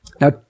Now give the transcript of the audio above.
Now